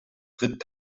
tritt